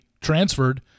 transferred